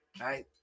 Right